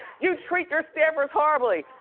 you treat your staffers horribly.